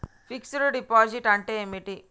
Fix డ్ deposit అంటే ఏమిటి?